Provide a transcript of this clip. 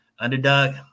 Underdog